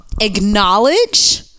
acknowledge